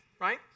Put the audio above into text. right